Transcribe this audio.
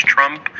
Trump